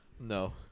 no